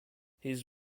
his